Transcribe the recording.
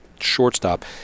shortstop